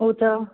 ਉਹ ਤਾਂ